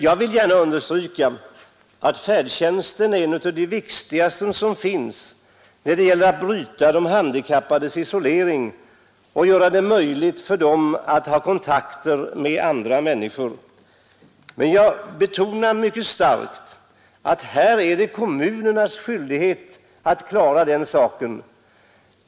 Jag vill gärna understryka att färdtjänsten är en av de viktigaste åtgärderna när det gäller att bryta de handikappades isolering och göra det möjligt för dem att ha kontakter med andra människor. Men jag vill mycket starkt betona att det är kommunernas skyldighet att klara den saken.